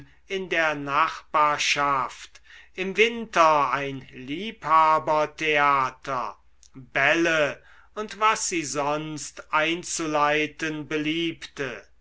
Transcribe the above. in der nachbarschaft im winter ein liebhabertheater bälle und was sie sonst einzuleiten beliebte